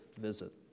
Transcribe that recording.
visit